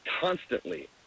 constantly